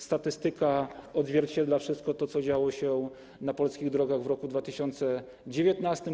Statystyka odzwierciedla wszystko to, co działo się na polskich drogach w roku 2019.